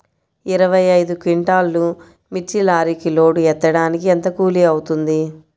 ఇరవై ఐదు క్వింటాల్లు మిర్చి లారీకి లోడ్ ఎత్తడానికి ఎంత కూలి అవుతుంది?